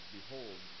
Behold